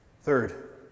Third